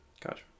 gotcha